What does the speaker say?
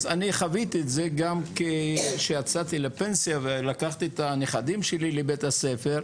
אז אני חוויתי את זה גם כשיצאתי לפנסיה ולקחתי את הנכדים שלי לבית הספר,